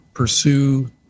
pursue